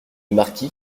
marquis